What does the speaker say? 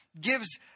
gives